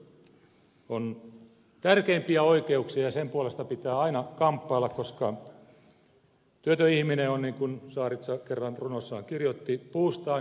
työn oikeus on tärkeimpiä oikeuksia ja sen puolesta pitää aina kamppailla koska työtön ihminen on niin kun saaritsa kerran runossaan kirjoitti puustaan irronnut lehti